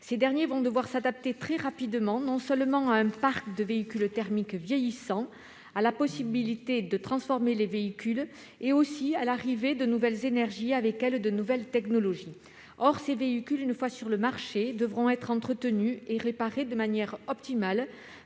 Ces derniers devront s'adapter très rapidement, non seulement à un parc de véhicules thermiques vieillissant et à la possibilité de transformer les véhicules, mais aussi à l'arrivée de nouvelles énergies et, avec elles, de nouvelles technologies. Or ces véhicules, une fois sur le marché, devront être entretenus et réparés de manière optimale,